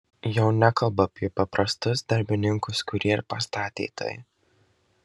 jau nekalbu apie paprastus darbininkus kurie ir pastatė tai